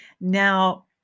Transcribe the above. Now